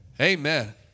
Amen